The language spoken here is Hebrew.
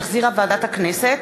שהחזירה ועדת הכנסת.